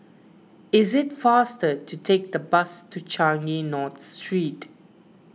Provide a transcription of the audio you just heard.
is it faster to take the bus to Changi North Street